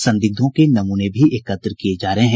संदिग्धों के नमूने भी एकत्र किये जा रहे हैं